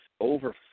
over